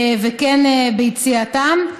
וכן יציאתם,